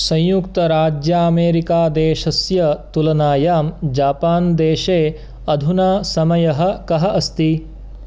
संयुक्तराज्यामेरिकादेशस्य तुलनायां जापान् देशे अधुना समयः कः अस्ति